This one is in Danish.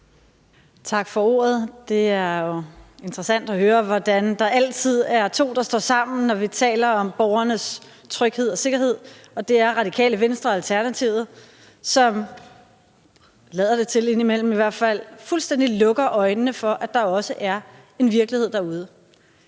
Tak for ordet. Det er jo interessant at høre, hvordan der altid er to, der står sammen, når vi taler om borgernes tryghed og sikkerhed, og det er Radikale Venstre og Alternativet, som – lader det til indimellem i hvert fald – fuldstændig lukker øjnene for, at der også er en virkelighed derude.